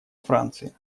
франции